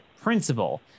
principle